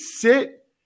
sit